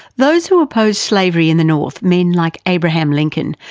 those who opposed slavery in the north, men like abraham lincoln,